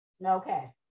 Okay